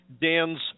Dan's